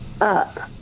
up